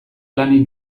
lanik